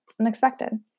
unexpected